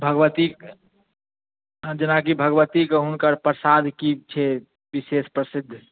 भगवतीके जेनाकि भगवती के हुनकर प्रसाद की छै बिशेष प्रसिद्ध